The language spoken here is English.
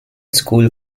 school